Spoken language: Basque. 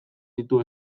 ditu